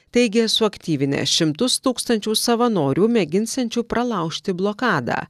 teigia suaktyvinęs šimtus tūkstančių savanorių mėginsiančių pralaužti blokadą